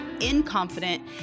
incompetent